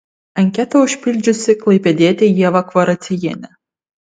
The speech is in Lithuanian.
anketą užpildžiusi klaipėdietė ieva kvaraciejienė